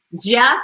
Jeff